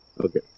Okay